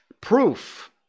Proof